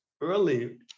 early